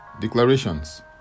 Declarations